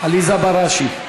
עליזה בראשי.